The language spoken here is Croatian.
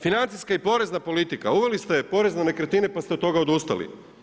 Financijska i porezna politika, uveli ste porez na nekretnine pa ste od toga odustali.